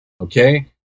okay